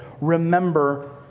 remember